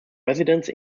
residents